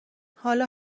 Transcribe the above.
حالا